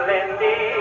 Lindy